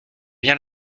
bien